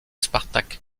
spartak